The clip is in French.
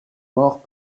mort